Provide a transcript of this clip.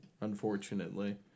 Unfortunately